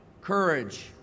courage